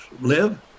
live